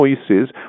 choices